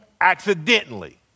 accidentally